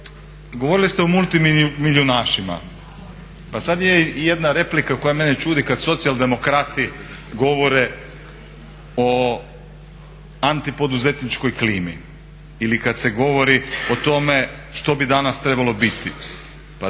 Govorili ste o multimilijunašima. Pa sad je jedna replika koja mene čudi kad socijaldemokrati govore o antipoduzetničkoj klimi ili kad se govori o tome što bi danas trebalo biti. Pa